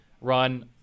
run